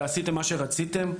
ועשיתם את מה שרציתם,